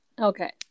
okay